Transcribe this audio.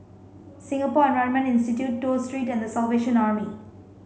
Singapore Environment Institute Toh Street and the Salvation Army